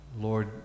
Lord